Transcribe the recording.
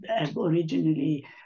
originally